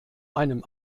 einem